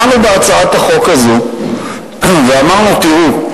באנו בהצעת החוק הזאת ואמרנו: תראו,